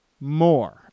more